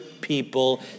people